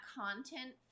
content